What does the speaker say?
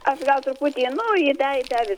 aš gal truputį nu į tą tą visą